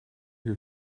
your